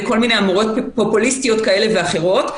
וכל מיני אמירות פופוליסטיות כאלה ואחרות,